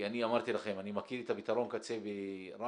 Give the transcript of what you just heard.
כי אני אמרתי לכם, אני מכיר את הפתרון קצה בראמה